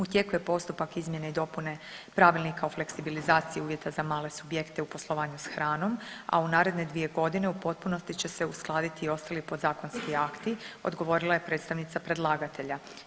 U tijeku je postupak izmjene i dopune Pravilnika o fleksibilizaciji uvjeta za male subjekte u poslovanju s hranom, a u naredne dvije godine u potpunosti će se uskladiti i ostali podzakonski akti, odgovorila je predstavnica predlagatelja.